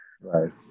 Right